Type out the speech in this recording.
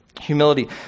Humility